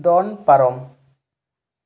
ᱫᱚᱱ ᱯᱟᱨᱚᱢ